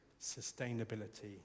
sustainability